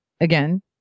again